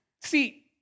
See